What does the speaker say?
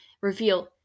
reveal